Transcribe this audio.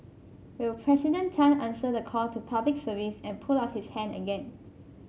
will President Tan answer the call to Public Service and put up his hand again